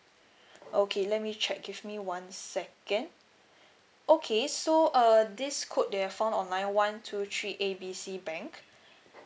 okay let me check give me one second okay so uh this code that you found online one two three A B C bank